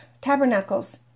Tabernacles